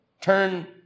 turn